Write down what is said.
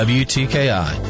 wtki